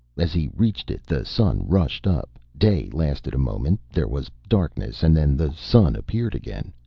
as he reached it the sun rushed up, day lasted a moment, there was darkness, and then the sun appeared again.